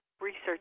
research